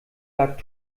lag